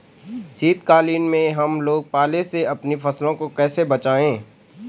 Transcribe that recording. शीतकालीन में हम लोग पाले से अपनी फसलों को कैसे बचाएं?